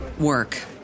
work